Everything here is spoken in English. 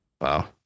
Wow